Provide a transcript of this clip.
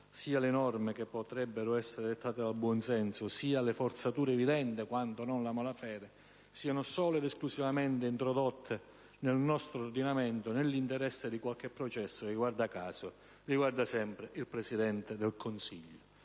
(sia quelle che potrebbero essere dettate dal buon senso, sia quelle frutto di forzature evidenti, quando non dettate da malafede) siano solo ed esclusivamente introdotte nel nostro ordinamento nell'interesse di qualche processo che, guarda caso, riguarda sempre il Presidente del Consiglio.